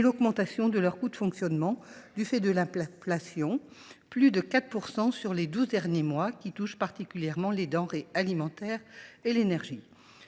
et l’augmentation de leurs coûts de fonctionnement du fait de l’inflation – plus de 4 % sur les douze derniers mois –, qui touche particulièrement les denrées alimentaires et l’énergie.